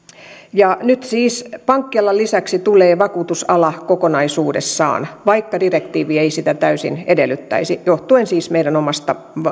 ja nyt siis pankkialan lisäksi tulee vakuutusala kokonaisuudessaan vaikka direktiivi ei sitä täysin edellyttäisi johtuen siis meidän omasta